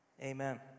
Amen